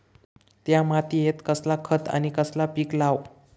त्या मात्येत कसला खत आणि कसला पीक लाव?